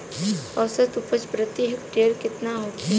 औसत उपज प्रति हेक्टेयर केतना होखे?